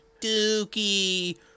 Dookie